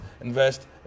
invest